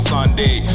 Sunday